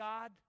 God